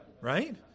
right